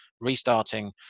restarting